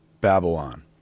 Babylon